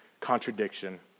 contradiction